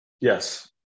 Yes